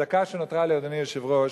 בדקה שנותרה לי, אדוני היושב-ראש,